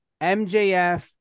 MJF